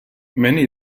many